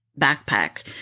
backpack